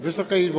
Wysoka Izbo!